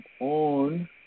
on